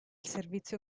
servizio